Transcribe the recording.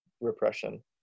Repression